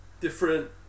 different